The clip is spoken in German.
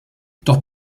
doch